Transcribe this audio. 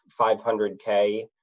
500k